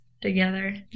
together